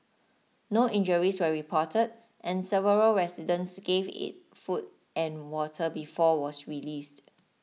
no injuries were reported and several residents gave it food and water before was released